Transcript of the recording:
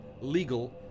legal